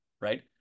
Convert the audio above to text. right